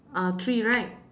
uh three right